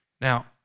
Now